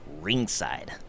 ringside